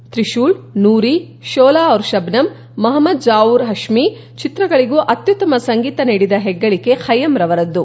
ತ್ರಿಶೂಲ್ ನೂರಿ ಶೋಲಾ ಟಿರ್ ಶಬನಮ್ ಮೊಹಮ್ಮದ್ ಜಾಹೋರ್ ಪಶ್ಮಿ ಚಿತ್ರಗಳಗೂ ಅತ್ಯುತ್ತಮ ಸಂಗೀತ ನೀಡಿದ ಹೆಗ್ಗಳಕೆ ಕೈಯ್ಯಂ ಅವರದ್ದು